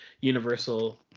Universal